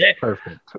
Perfect